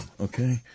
Okay